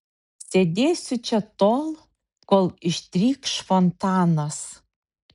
sėdėsiu čia tol kol ištrykš fontanas